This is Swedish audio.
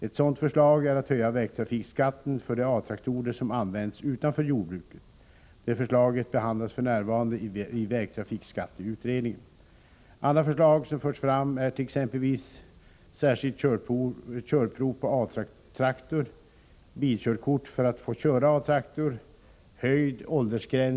Ett sådant förslag är att höja vägtrafikskatten för de A-traktorer som används utanför jordbruket. Det förslaget behandlas f. n. i vägtrafikskatteutredningen. Andra förslag som förts fram är t.ex.